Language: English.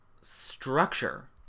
structure